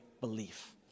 belief